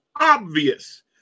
obvious